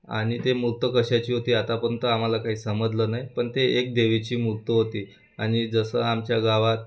आणि ते मूर्त कशाची होती आतापर्यंत आम्हाला काही समजलं नाही पण ते एक देवीची मूर्त होती आणि जसं आमच्या गावात